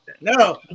No